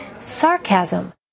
sarcasm